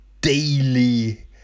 daily